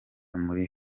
muri